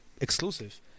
exclusive